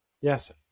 yes